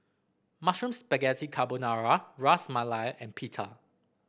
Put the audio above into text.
Mushroom Spaghetti Carbonara Ras Malai and Pita